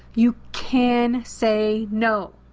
you can say no.